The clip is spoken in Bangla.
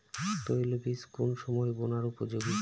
তৈল বীজ কোন সময় বোনার উপযোগী?